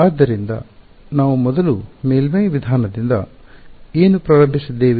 ಆದ್ದರಿಂದ ನಾವು ಮೊದಲು ಮೇಲ್ಮೈ ವಿಧಾನದಿಂದ ಏನು ಪ್ರಾರಂಭಿಸಿದ್ದೇವೆ